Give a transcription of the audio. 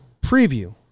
preview